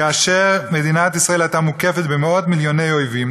כאשר מדינת ישראל הייתה מוקפת במאות-מיליוני אויבים